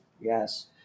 Yes